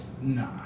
Nah